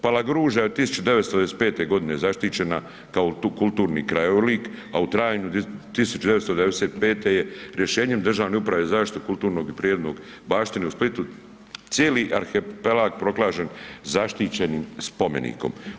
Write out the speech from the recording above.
Palagruža je 1995. godine zaštićena kao kulturni krajolik, a u travnju 1995. je rješenjem Državne uprave za zaštitu kulturnog i prirodnog baštine u Splitu cijeli arhipelag proglašen zaštićenim spomenikom.